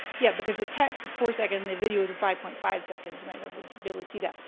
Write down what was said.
yeah, because the text is four seconds, the video is five point five seconds. you might not be able to see that.